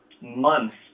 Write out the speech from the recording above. months